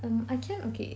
um I can't okay